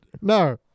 No